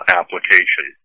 application